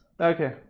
Okay